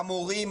המורים,